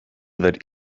that